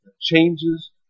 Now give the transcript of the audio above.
changes